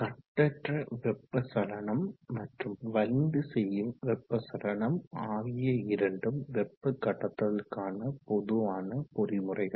கட்டற்ற வெப்ப சலனம் மற்றும் வலிந்து செய்யும் வெப்ப சலனம் ஆகிய இரண்டும் வெப்ப கடத்தலுக்கான பொதுவான பொறிமுறைகள்